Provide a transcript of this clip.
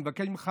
אני מבקש ממך,